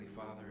Father